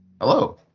Hello